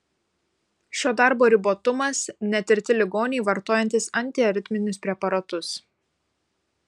šio darbo ribotumas netirti ligoniai vartojantys antiaritminius preparatus